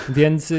więc